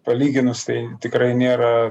palyginus tai tikrai nėra